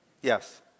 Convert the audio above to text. Yes